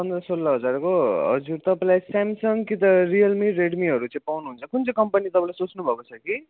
पन्ध्र सोह्र हजारको हजुर तपाईँलाई स्यामसङ कि त रियलमी रेडमीहरू चाहिँ पाउनुहुन्छ कुन चाहिँ कम्पनी तपाईँले सोच्नुभएको छ कि